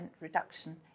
reduction